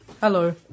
Hello